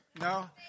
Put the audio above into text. No